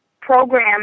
program